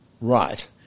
right